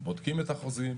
בודקים את החוזים,